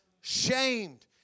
shamed